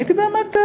הייתי באמת,